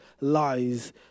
lies